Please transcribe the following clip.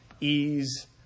ease